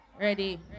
Ready